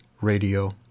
Radio